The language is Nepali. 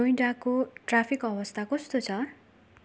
नोइडाको ट्राफिक अवस्था कस्तो छ